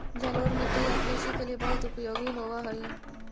जलोढ़ मिट्टी या कृषि के लिए बहुत उपयोगी होवअ हई